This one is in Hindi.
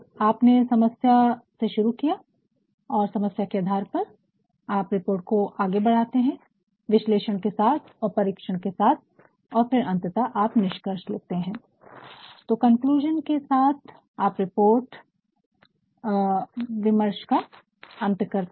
आपने समस्या से शुरू किया और समस्या के आधार पर आप रिपोर्ट आगे बढ़ाते है विश्लेषण के साथ और परीक्षण के साथ और फिर अंततः आप निष्कर्ष लिखते है तो कन्क्लूज़न के साथ आप रिपोर्ट विमर्श का अंत करते है